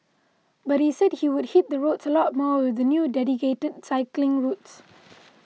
but he said he would hit the roads a lot more with the new dedicated cycling routes